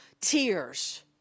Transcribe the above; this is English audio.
tears